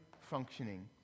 functioning